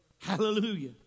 Hallelujah